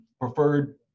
preferred